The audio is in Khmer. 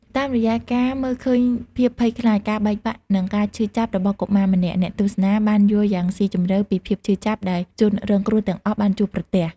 តាមរយៈការមើលឃើញភាពភ័យខ្លាច ការបែកបាក់ និងការឈឺចាប់របស់កុមារម្នាក់ អ្នកទស្សនាបានយល់យ៉ាងស៊ីជម្រៅពីភាពឈឺចាប់ដែលជនរងគ្រោះទាំងអស់បានជួបប្រទះ។